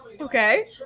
okay